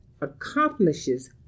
accomplishes